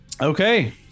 Okay